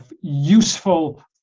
useful